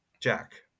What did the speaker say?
Jack